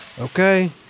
Okay